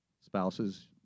Spouses